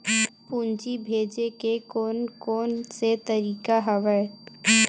पूंजी भेजे के कोन कोन से तरीका हवय?